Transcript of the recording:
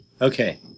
Okay